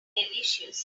delicious